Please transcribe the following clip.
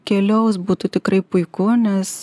keliaus būtų tikrai puiku nes